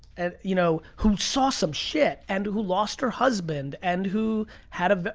and you know who saw some shit and who lost her husband and who had a,